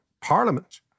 parliament